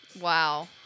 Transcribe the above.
Wow